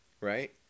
right